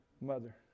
Mother